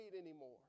anymore